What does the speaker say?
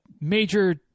major